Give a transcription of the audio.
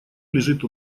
лежит